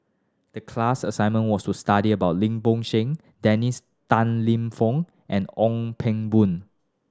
the class assignment was to study about Lim Bo Seng Dennis Tan Lip Fong and Ong Ping Boon